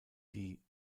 die